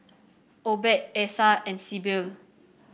Obed Essa and Sibyl